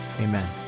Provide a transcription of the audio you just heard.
amen